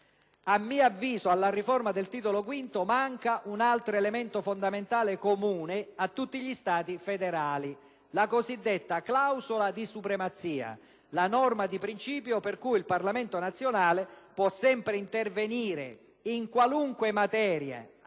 «A mio avviso, alla riforma del Titolo V manca un altro elemento fondamentale comune a tutti gli Stati federali: la cosiddetta clausola di supremazia, la norma di principio per cui il Parlamento nazionale può sempre intervenire in qualunque materia